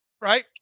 Right